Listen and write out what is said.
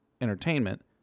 entertainment